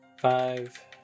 Five